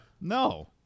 No